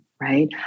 Right